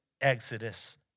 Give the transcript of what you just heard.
exodus